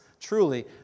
truly